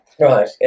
Right